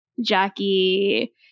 Jackie